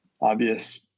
obvious